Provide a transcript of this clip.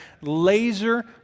laser